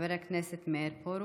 חבר הכנסת משה פרוש,